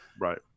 Right